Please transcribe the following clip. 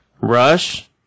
Rush